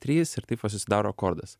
trys ir taip va susidaro akordas